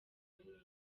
amerewe